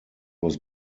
was